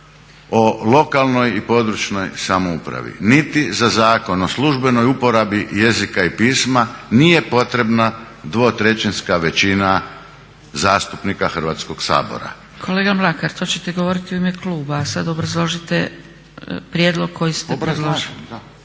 o lokalnoj i područnoj samoupravi, niti za Zakon o službenoj uporabi jezika i pisma nije potrebna dvotrećinska većina zastupnika Hrvatskog sabora. **Zgrebec, Dragica (SDP)** Kolega Mlakar, to ćete govoriti u ime kluba, a sad obrazložite prijedlog koji ste predložili.